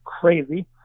crazy